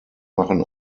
machen